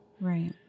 Right